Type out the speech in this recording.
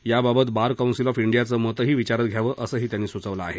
याबाबत bar council of डियाचं मतही विचारात घ्यावं असंही त्यांनी सुचवलं आहे